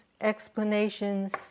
explanations